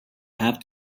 have